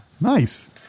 nice